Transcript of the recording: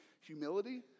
humility